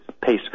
pace